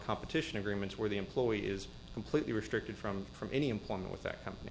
competition agreements where the employee is completely restricted from from any employment with that company